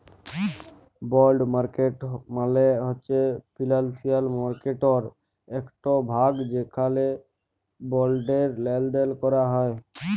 বল্ড market মালে হছে financial মার্কেটটর একট ভাগ যেখালে বল্ডের লেলদেল ক্যরা হ্যয়